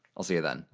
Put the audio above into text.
i'll see you then